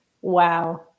Wow